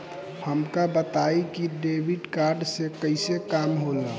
हमका बताई कि डेबिट कार्ड से कईसे काम होला?